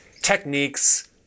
techniques